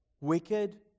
wicked